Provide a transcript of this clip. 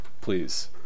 please